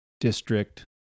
district